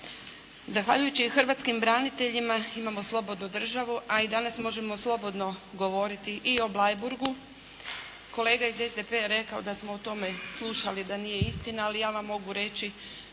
Zahvaljujući hrvatskim braniteljima imamo slobodu državu a danas možemo slobodno govoriti i o Bleiburgu. Kolega iz SDP-a je rekao da smo o tome slušali, da nije istina ali ja vam mogu reći